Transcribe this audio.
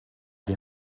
die